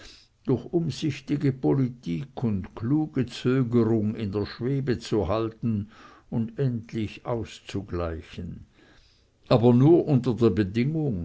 durch umsichtige politik und kluge zögerung in der schwebe zu halten und endlich auszugleichen aber nur unter der bedingung